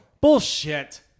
Bullshit